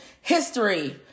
history